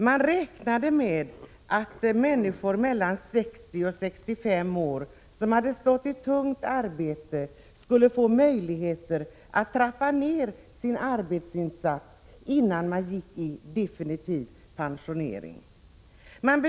Man räknade med att människor mellan 60 och 65 år, som hade stått i tungt arbete, skulle få möjligheter att trappa ned sin arbetsinsats innan de definitivt gick i pension.